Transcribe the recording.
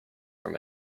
from